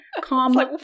Calm